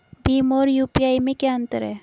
भीम और यू.पी.आई में क्या अंतर है?